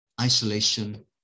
isolation